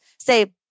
say